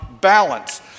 balance